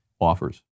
offers